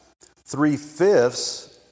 Three-fifths